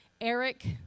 Eric